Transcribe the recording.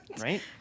right